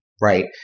right